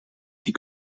die